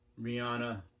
Rihanna